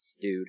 dude